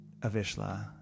avishla